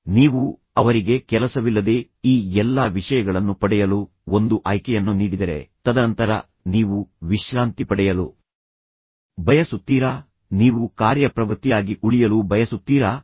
ಆದರೆ ನೀವು ಅವರಿಗೆ ಕೆಲಸವಿಲ್ಲದೆ ಈ ಎಲ್ಲಾ ವಿಷಯಗಳನ್ನು ಪಡೆಯಲು ಒಂದು ಆಯ್ಕೆಯನ್ನು ನೀಡಿದರೆ ತದನಂತರ ನೀವು ವಿಶ್ರಾಂತಿ ಪಡೆಯಲು ಬಯಸುತ್ತೀರಾ ನೀವು ಕಾರ್ಯಪ್ರವೃತ್ತಿಯಾಗಿ ಉಳಿಯಲು ಬಯಸುತ್ತೀರಾ